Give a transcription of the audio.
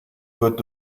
wird